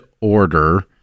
order